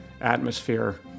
atmosphere